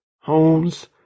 Holmes